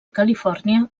califòrnia